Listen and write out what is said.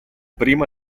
primo